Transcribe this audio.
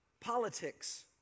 politics